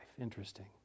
Interesting